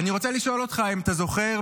אני רוצה לשאול אותך אם אתה זוכר,